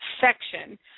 section